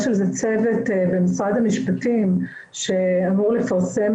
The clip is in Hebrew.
יש על זה צוות במשרד המשפטים שאמור לפרסם